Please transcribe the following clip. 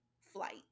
flight